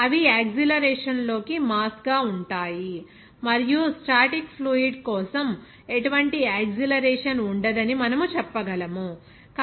అవి యాక్సిలరేషన్ లోకి మాస్ గా ఉంటాయి మరియు స్టాటిక్ ఫ్లూయిడ్ కోసం ఎటువంటి యాక్సిలరేషన్ ఉండదని మనము చెప్పగలం కాబట్టి a అనేది 0 కి సమానం